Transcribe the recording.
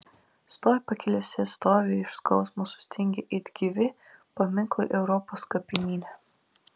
stovi pakelėse stovi iš skausmo sustingę it gyvi paminklai europos kapinyne